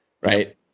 right